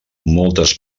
moltes